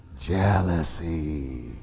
Jealousy